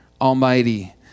Almighty